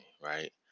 Right